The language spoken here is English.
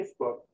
Facebook